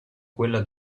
quella